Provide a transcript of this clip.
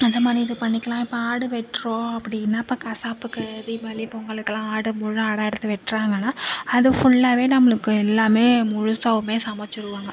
அந்த மாதிரி இது பண்ணிக்கலாம் இப்போ ஆடு வெட்டுறோம் அப்படினா இப்போ கசாப்புக்கு தீபாவளி பொங்கலுக்கெலாம் ஆடு முழு ஆடாக எடுத்து வெட்டுறாங்கனா அது ஃபுல்லாகவே நம்மளுக்கு எல்லாமே முழுதாவுமே சமைச்சிருவோங்க